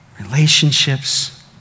Relationships